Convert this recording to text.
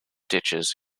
ditches